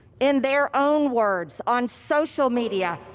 in their own words, on social media,